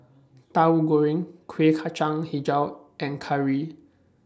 Tahu Goreng Kuih Kacang Hijau and Curry